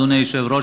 אדוני היושב-ראש,